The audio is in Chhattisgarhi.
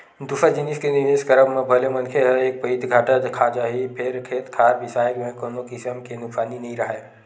दूसर जिनिस के निवेस करब म भले मनखे ह एक पइत घाटा खा जाही फेर खेत खार बिसाए म कोनो किसम के नुकसानी नइ राहय